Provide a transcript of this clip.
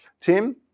Tim